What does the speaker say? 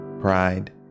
pride